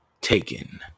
Taken